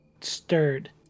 Stirred